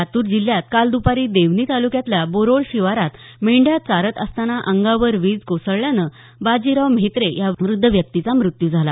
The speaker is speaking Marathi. लातूर जिल्ह्यात काल दुपारी देवनी तालुक्यातल्या बोरोळ शिवारात मेंढ्या चारत असतांना अंगावर वीज कोसळल्यानं बाजीराव म्हेत्रे या वृद्ध व्यक्तीचा मृत्यु झाला